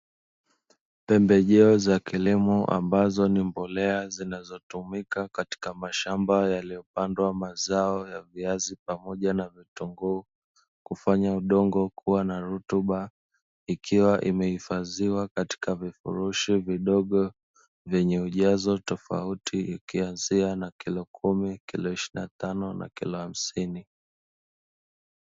Pembejeo za kilimo ambazo ni mbolea zinazotumika katika mashamba yaliyopandwa mazao ya viazi pamoja na vitunguu kufanya udongo kuwa na rutuba, ikiwa imehifadhiwa katika vifurushi vidogo vyenye ujazo tofauti ikianzia na kilo kumi, kilo ishirini na tano na kilo hamsini.